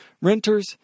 Renters